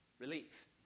relief